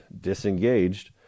disengaged